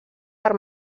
per